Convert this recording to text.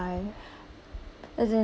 ~ve as in